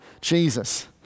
Jesus